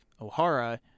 Ohara